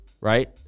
right